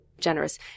generous